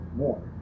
more